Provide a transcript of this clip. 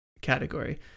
category